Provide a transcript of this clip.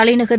தலைநகர்